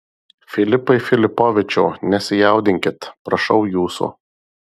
filipai filipovičiau nesijaudinkit prašau jūsų